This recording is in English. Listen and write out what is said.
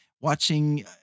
watching